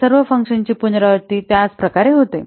तर सर्व फंक्शन्सची पुनरावृत्ती त्याच प्रकारे होते